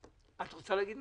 את רוצה לומר משהו?